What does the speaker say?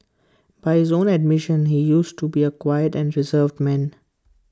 by his own admission he used to be A quiet and reserved man